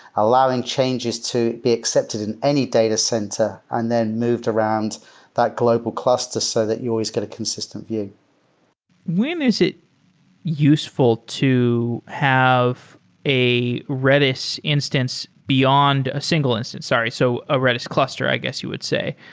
allowing changes to be accepted in any data center and then moved around that global cluster so that you always got a consistent view when is it useful to have a redis instance beyond a single instance? sorry. so, a redis cluster i guess you would say.